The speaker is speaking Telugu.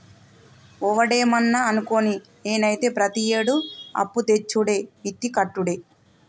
ఒవడేమన్నా అనుకోని, నేనైతే ప్రతియేడూ అప్పుతెచ్చుడే మిత్తి కట్టుడే